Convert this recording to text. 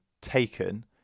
taken